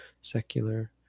secular